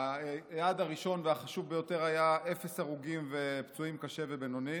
היעד הראשון והחשוב ביותר היה אפס הרוגים ופצועים קשה ובינוני,